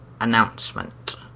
announcement